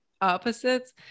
opposites